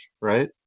right